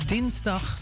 Dinsdag